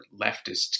leftist